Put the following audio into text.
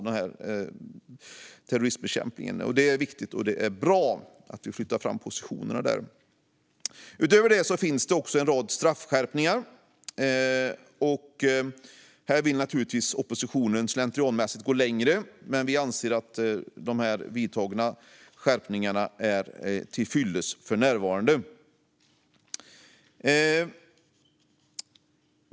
Det är viktigt och bra att vi flyttar fram positionerna där. Utöver det finns det också en rad straffskärpningar. Här vill naturligtvis oppositionen slentrianmässigt gå längre, men vi anser att de vidtagna skärpningarna är till fyllest för närvarande.